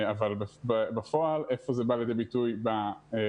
אבל איפה זה בא לידי ביטוי בפרקטיקה